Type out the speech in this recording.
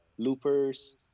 loopers